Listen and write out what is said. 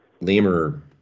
lemur